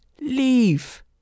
leave